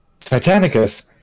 Titanicus